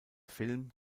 film